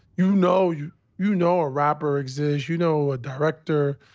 you know you you know a rapper exists. you know a director.